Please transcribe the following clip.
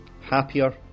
happier